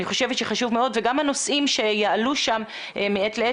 אני חושבת שחשוב מאוד שגם הנושאים שיעלו שם מעת לעת